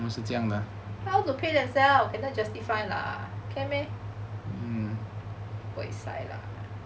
how to pay themselves cannot justify lah can meh buay sai lah